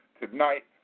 tonight